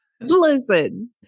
Listen